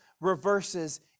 reverses